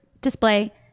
display